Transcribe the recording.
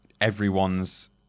everyone's